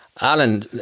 Alan